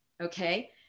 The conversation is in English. Okay